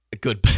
good